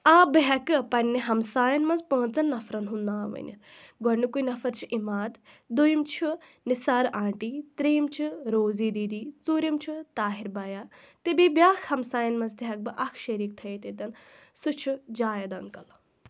آ بہٕ ہٮ۪کہٕ پَنٕنہِ ہمسایَن منٛز پانٛژَن نَفرَن ہُنٛد ناو ؤنِتھ گۄڈنِکُے نفر چھُ اِماد دوٚیِم چھُ نِثار آنٛٹی ترٛیٚیِم چھِ روزی دِدی ژوٗرِم چھُ طاہِر بَیا تہٕ بیٚیہِ بیٛاکھ ہمسایَن منٛز تہِ ہٮ۪کہٕ بہٕ اَکھ شٔریٖک تھٲوِتھ ییٚتٮ۪ن سُہ چھُ جاوید اَنٛکَل